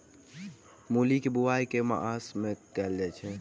मूली केँ बोआई केँ मास मे कैल जाएँ छैय?